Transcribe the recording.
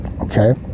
Okay